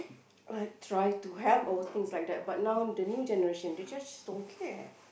uh try to have old things like that but now the new generation they just don't care